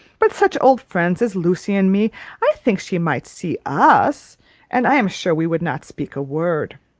but such old friends as lucy and me i think she might see us and i am sure we would not speak a word.